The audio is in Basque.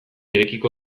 irekiko